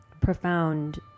profound